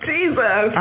Jesus